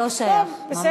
לא שייך, ממש.